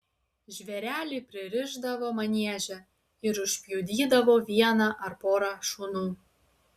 žvėrelį pririšdavo manieže ir užpjudydavo vieną ar porą šunų